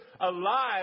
alive